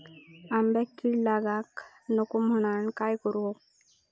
आंब्यक कीड लागाक नको म्हनान काय करू?